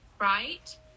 right